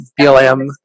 BLM